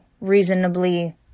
reasonably